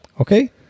Okay